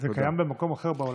זה קיים במקום אחר בעולם?